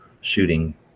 shooting